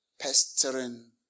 pestering